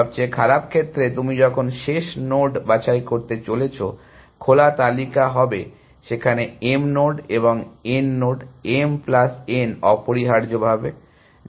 সবচেয়ে খারাপ ক্ষেত্রে তুমি যখন শেষ নোড বাছাই করতে চলেছো খোলা তালিকা হবে সেখানে m নোড এবং n node m plus n অপরিহার্যভাবে